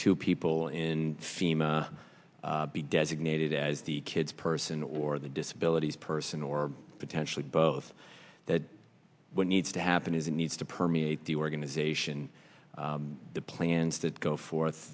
two people in fema be designated as the kids person or the disability person or potentially both that what needs to happen is it needs to permeate the organization plans that go forth